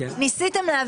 מי נגד?